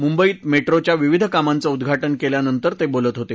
मुंबईत मेट्रोच्या विविध कामांचं उद्घाजि केल्यानंतर ते बोलत होते